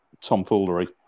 tomfoolery